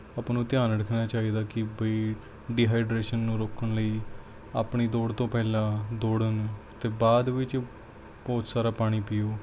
ਆਪਾਂ ਨੂੰ ਧਿਆਨ ਰੱਖਣਾ ਚਾਹੀਦਾ ਕਿ ਬਈ ਡੀਹਾਈਡ੍ਰੇਸ਼ਨ ਨੂੰ ਰੋਕਣ ਲਈ ਆਪਣੀ ਦੌੜ ਤੋਂ ਪਹਿਲਾਂ ਦੌੜਨ ਅਤੇ ਬਾਅਦ ਵਿੱਚ ਬਹੁਤ ਸਾਰਾ ਪਾਣੀ ਪੀਓ